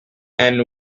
and